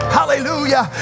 hallelujah